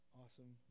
awesome